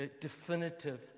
definitive